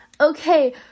Okay